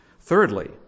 Thirdly